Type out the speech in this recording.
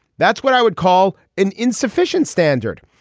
that's what i would call an insufficient standard.